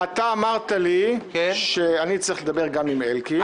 אתה אמרת לי שאני צריך לדבר גם עם אלקין.